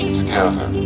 together